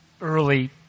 early